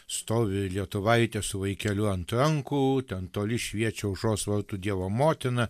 stovi lietuvaitė su vaikeliu ant rankų ten toli šviečia aušros vartų dievo motina